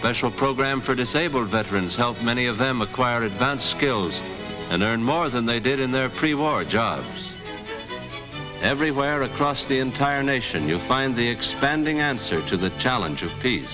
special program for disabled veterans help many of them acquire advanced skills and earn more than they did in their pre war jobs everywhere across the entire nation you'll find the expanding answer to the challenge